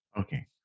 Okay